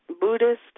Buddhist